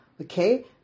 okay